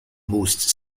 most